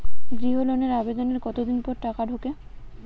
গৃহ লোনের আবেদনের কতদিন পর টাকা ঢোকে?